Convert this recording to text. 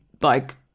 like-